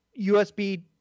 USB